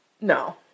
No